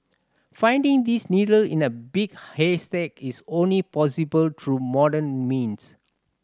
finding this needle in a big haystack is only possible through modern means